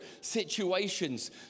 situations